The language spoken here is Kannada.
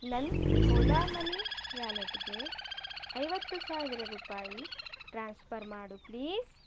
ನನ್ನ ಓಲಾ ಮನಿ ವ್ಯಾಲೆಟ್ಗೆ ಐವತ್ತು ಸಾವಿರ ರೂಪಾಯಿ ಟ್ರಾನ್ಸ್ಫರ್ ಮಾಡು ಪ್ಲೀಸ್